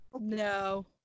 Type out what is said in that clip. no